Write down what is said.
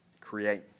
create